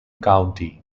county